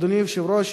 אדוני היושב-ראש,